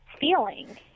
feeling